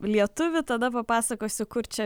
lietuvį tada papasakosiu kur čia